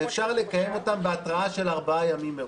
ואפשר לקיים אותם בהתראה של ארבעה ימים מראש.